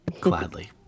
Gladly